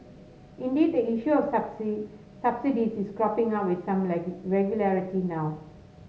indeed the issue of subsidies is cropping up with some regularity now